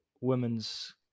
women's